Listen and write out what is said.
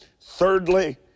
Thirdly